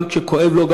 גם כשכואב לו,